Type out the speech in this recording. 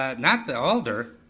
um not the alder,